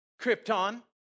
Krypton